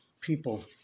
people